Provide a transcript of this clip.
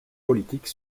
politique